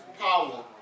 power